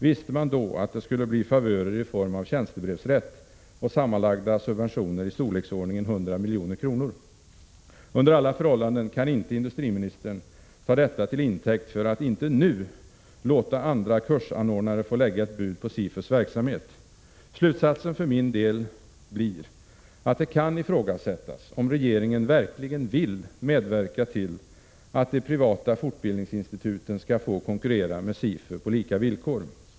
Visste man då att det skulle bli favörer i form av tjänstebrevsrätt och sammanlagda subventioner i storleksordningen 100 milj.kr.? Under alla förhållanden kan inte industriministern ta detta till intäkt för att inte nu låta andra kursanordnare få lägga ett bud på SIFU:s verksamhet! Slutsatsen för min del blir, att det kan ifrågasättas om regeringen verkligen vill medverka till att de privata fortbildningsinstituten skall få konkurrera med SIFU på lika villkor.